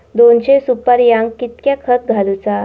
दोनशे सुपार्यांका कितक्या खत घालूचा?